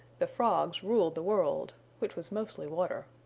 the frogs ruled the world, which was mostly water.